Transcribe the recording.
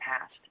past